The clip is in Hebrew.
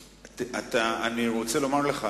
אני רוצה לומר לך.